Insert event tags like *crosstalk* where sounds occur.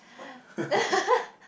*laughs*